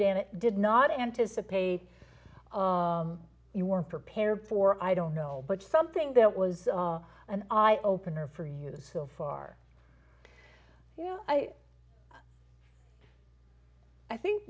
dan did not anticipate you weren't prepared for i don't know but something that was an eye opener for you so far yeah i i think